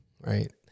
right